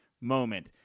moment